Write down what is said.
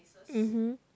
mmhmm